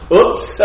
oops